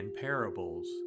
parables